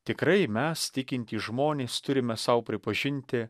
tikrai mes tikintys žmonės turime sau pripažinti